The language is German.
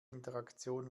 interaktion